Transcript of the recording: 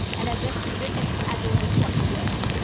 and i've rescued women as old as forty years.